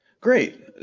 Great